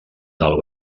del